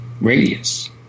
radius